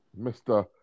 Mr